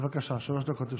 בבקשה, שלוש דקות לרשותך.